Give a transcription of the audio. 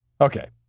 Okay